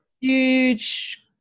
huge